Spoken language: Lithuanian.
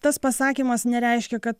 tas pasakymas nereiškia kad